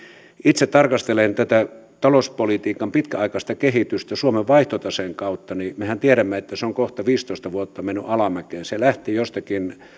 itse tarkastelen tätä talouspolitiikan pitkäaikaista kehitystä suomen vaihtotaseen kautta mehän tiedämme että se on kohta viisitoista vuotta mennyt alamäkeen se lähti jostakin